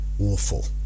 awful